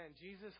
Jesus